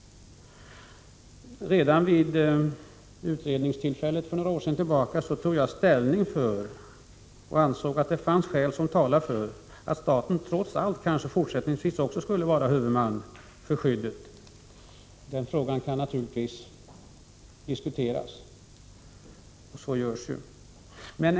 Redan vid utredningstillfället för några år sedan tog jag ställning för — det fanns skäl som talade härför — att staten trots allt även fortsättningsvis skulle vara huvudman för skyddet. Den frågan kan naturligtvis diskuteras, och så görs ju.